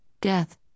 death